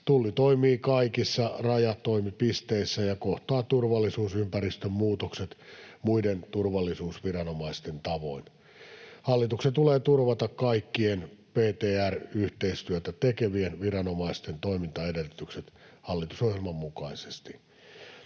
Tulli toimii kaikissa rajatoimipisteissä ja kohtaa turvallisuusympäristön muutokset muiden turvallisuusviranomaisten tavoin. Hallituksen tulee turvata kaikkien PTR-yhteistyötä tekevien viranomaisten toimintaedellytykset hallitusohjelman mukaisesti.